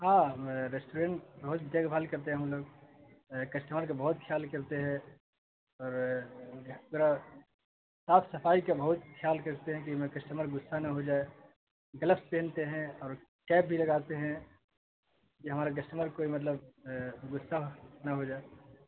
ہاں میں ریسٹورینٹ بہت دیکھ بھال کرتے ہیں ہم لوگ کشٹمر کا بہت خیال کرتے ہیں اور میرا صاف صفائی کا بہت خیال کرتے ہیں کہ میں کشٹمر غصہ نہ ہو جائے گلفس پہنتے ہیں اور کیپ بھی لگاتے ہیں کہ ہمارا کسٹمر کوئی مطلب غصہ نہ ہو جائے